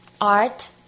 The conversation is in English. Art